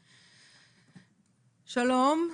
שלם.